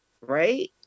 right